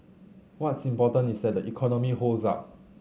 what's important is that the economy holds up